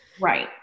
Right